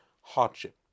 hardship